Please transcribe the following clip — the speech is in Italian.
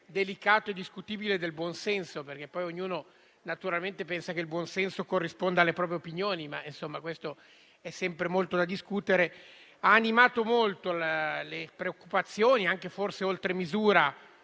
delicato e discutibile del buonsenso - ognuno naturalmente pensa che il buonsenso corrisponda alle proprie opinioni, ma su questo ci sarebbe sempre molto da discutere - ha animato molto le preoccupazioni, forse oltremisura,